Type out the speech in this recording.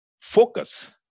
focus